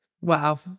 Wow